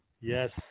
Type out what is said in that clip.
Yes